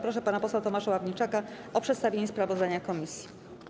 Proszę pana posła Tomasza Ławniczaka o przedstawienie sprawozdania komisji.